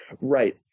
Right